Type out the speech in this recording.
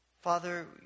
Father